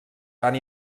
van